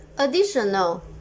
Additional